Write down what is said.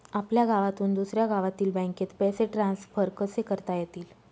आपल्या गावातून दुसऱ्या गावातील बँकेत पैसे ट्रान्सफर कसे करता येतील?